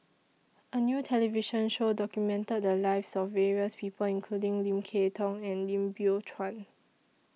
A New television Show documented The Lives of various People including Lim Kay Tong and Lim Biow Chuan